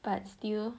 but still